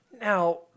Now